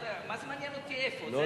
מה זה מעניין אותי איפה?